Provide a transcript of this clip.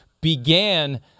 began